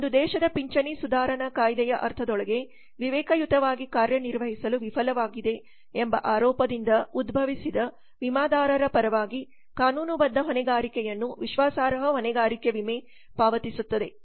ಒಂದು ದೇಶದ ಪಿಂಚಣಿ ಸುಧಾರಣಾ ಕಾಯ್ದೆಯ ಅರ್ಥದೊಳಗೆ ವಿವೇಕಯುತವಾಗಿ ಕಾರ್ಯನಿರ್ವಹಿಸಲು ವಿಫಲವಾಗಿದೆ ಎಂಬ ಆರೋಪದಿಂದ ಉದ್ಭವಿಸಿದ ವಿಮೆದಾರರ ಪರವಾಗಿ ಕಾನೂನುಬದ್ಧ ಹೊಣೆಗಾರಿಕೆಯನ್ನು ವಿಶ್ವಾಸಾರ್ಹ ಹೊಣೆಗಾರಿಕೆ ವಿಮೆ ಪಾವತಿಸುತ್ತದೆ